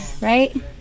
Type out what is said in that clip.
right